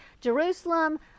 Jerusalem